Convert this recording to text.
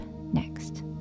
next